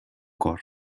cor